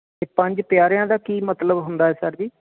ਅਤੇ ਪੰਜ ਪਿਆਰਿਆਂ ਦਾ ਕੀ ਮਤਲਬ ਹੁੰਦਾ ਸਰ ਜੀ